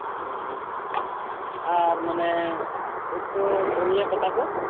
ᱦᱮᱸ ᱟᱨ ᱢᱟᱱᱮ ᱮᱨᱯᱚᱨ ᱫᱷᱚᱱᱤᱭᱟᱯᱟᱛᱟ ᱠᱚ